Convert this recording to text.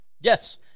Yes